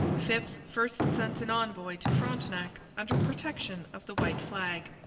phips first sent an envoy to frontenac under protection of the white flag.